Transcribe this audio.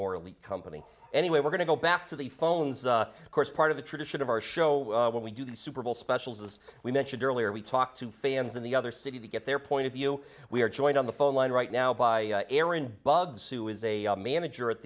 morally company anyway we're going to go back to the phones of course part of the tradition of our show when we do the super bowl specials as we mentioned earlier we talked to fans in the other city to get their point of view we are joined on the phone line right now by erin bubs who is a manager at